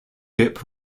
dip